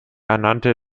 ernannte